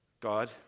God